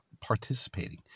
participating